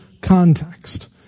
context